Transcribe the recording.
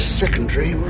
secondary